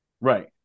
Right